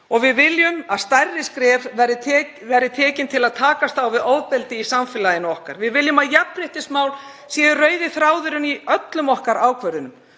Við viljum að stærri skref verði tekin til að takast á við ofbeldi í samfélaginu okkar. Við viljum að jafnréttismál séu rauði þráðurinn í öllum okkar ákvörðunum.